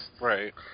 Right